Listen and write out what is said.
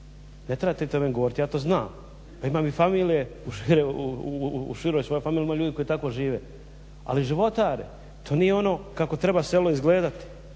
Ne trebate to meni govoriti, ja to znam. Pa imam i familije, u široj svojoj familiji ljude koji tako žive. Ali životare, to nije ono kako treba selo izgledati,